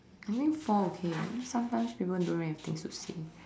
I mean four okay eh sometimes people don't really have things to see